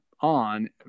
on